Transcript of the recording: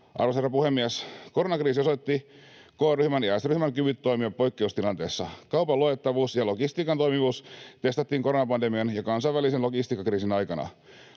Arvoisa herra puhemies! Koronakriisi osoitti K-ryhmän ja S-ryhmän kyvyt toimia poikkeustilanteessa. Kaupan luotettavuus ja logistiikan toimivuus testattiin koronapandemian ja kansainvälisen logistiikkakriisin aikana.